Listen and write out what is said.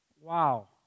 wow